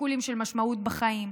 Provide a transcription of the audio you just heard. שיקולים של משמעות בחיים,